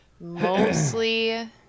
mostly